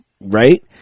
right